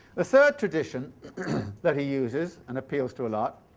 the third tradition that he uses, and appeals to a lot,